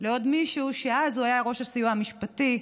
לעוד מישהו שאז היה ראש הסיוע המשפטי,